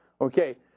Okay